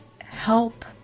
help